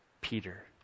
Peter